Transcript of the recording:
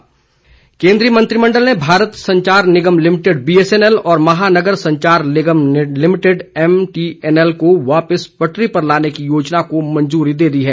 BSNL केंद्रीय मंत्रिमंडल ने एक अन्य फैसले में भारत संचार निगम लिमिटेड बीएसएनएल और महानगर संचार निगम लिमिटेडएमटीएनएल को वापस पटरी पर लाने की योजना को मंजूरी दे दी है